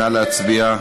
נא להצביע.